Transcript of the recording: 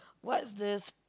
what's the s~